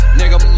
nigga